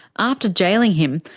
after jailing him,